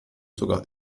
sogar